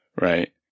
right